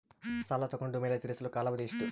ಸಾಲ ತಗೊಂಡು ಮೇಲೆ ತೇರಿಸಲು ಕಾಲಾವಧಿ ಎಷ್ಟು?